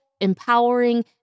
empowering